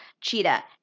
cheetah